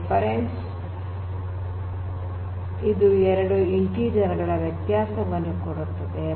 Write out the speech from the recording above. difference 10 3 ಇದು ಎರಡು integer ಗಳ ವ್ಯತ್ಯಾಸ 7 ನ್ನು ಕೊಡುತ್ತದೆ